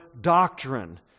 doctrine